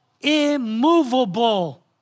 immovable